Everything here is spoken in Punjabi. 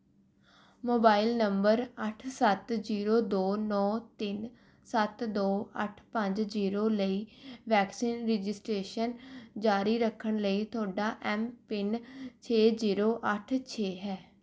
ਮੋਬਾਇਲ ਨੰਬਰ ਅੱਠ ਸੱਤ ਜ਼ੀਰੋ ਦੋ ਨੌਂ ਤਿੰਨ ਸੱਤ ਦੋ ਅੱਠ ਪੰਜ ਜ਼ੀਰੋ ਲਈ ਵੈਕਸੀਨ ਰਜਿਸਟ੍ਰੇਸ਼ਨ ਜਾਰੀ ਰੱਖਣ ਲਈ ਤੁਹਾਡਾ ਐੱਮ ਪਿੰਨ ਛੇ ਜ਼ੀਰੋ ਅੱਠ ਛੇ ਹੈ